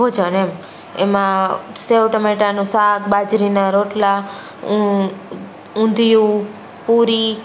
ભોજન એમ એમાં સેવ ટામેટાનું શાક બાજરીના રોટલા ઊંધિયું પૂરી